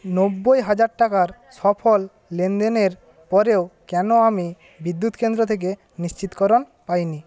নব্বই হাজার টাকার সফল লেনদেনের পরেও কেনো আমি বিদ্যুৎকেন্দ্র থেকে নিশ্চিতকরণ পাই নি